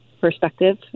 perspective